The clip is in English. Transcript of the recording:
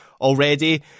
already